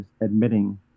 admitting